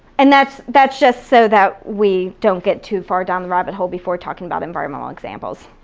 and that's that's just so that we don't get too far down the rabbit hole before talking about environmental examples.